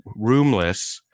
roomless